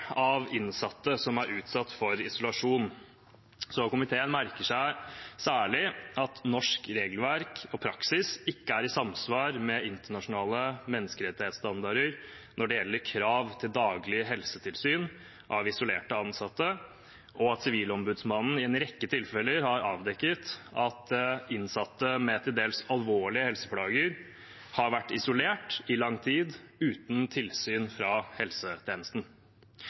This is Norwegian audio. av innsatte som er utsatt for isolasjon. Komiteen merker seg særlig at norsk regelverk og praksis ikke er i samsvar med internasjonale menneskerettighetsstandarder når det gjelder krav til daglig helsetilsyn av isolerte ansatte, og at Sivilombudsmannen i en rekke tilfeller har avdekket at innsatte med til dels alvorlige helseplager har vært isolert i lang tid, uten tilsyn fra helsetjenesten.